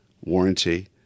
warranty